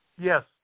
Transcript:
Yes